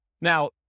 now